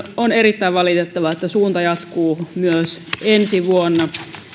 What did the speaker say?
on erittäin valitettavaa että suunta jatkuu myös ensi vuonna